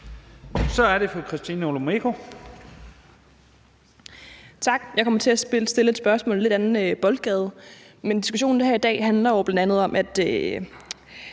Kl. 11:45 Christina Olumeko (ALT): Tak. Jeg kommer til at stille et spørgsmål i en lidt anden boldgade. Diskussionen her i dag handler jo bl.a. om, at